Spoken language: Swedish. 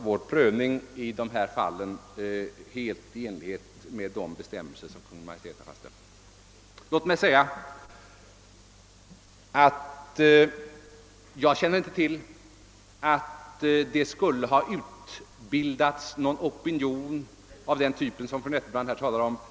Vi prövar dessa fall helt i enlighet med de bestämmelser som Kungl. Maj:t har fastställt. Jag känner inte till att det skulle ha utbildats någon opinion av den typ som fru Nettelbrandt talar om.